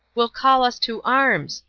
will call us to arms?